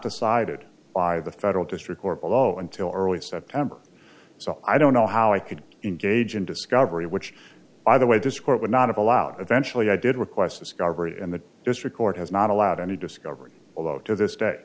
decided by the federal district court although until early september so i don't know how i could engage in discovery which by the way this court would not have allowed eventually i did request discovery in the district court has not allowed any discovery although to this day